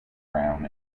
brown